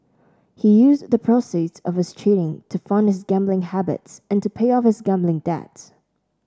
he used the proceeds of his cheating to fund his gambling habits and to pay off his gambling debts